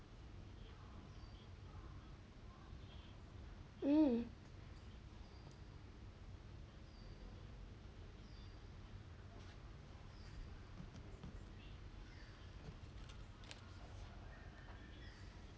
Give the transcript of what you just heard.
um